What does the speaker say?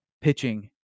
pitching